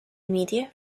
media